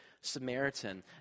Samaritan